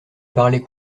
parlaient